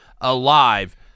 alive